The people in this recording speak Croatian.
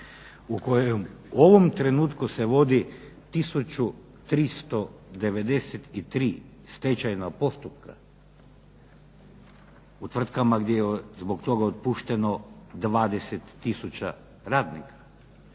u kojem u ovom trenutku se vodi 1393 stečajna postupka u tvrtkama gdje je zbog toga otpušteno 20000 radnika,